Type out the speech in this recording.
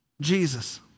Jesus